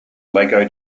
lego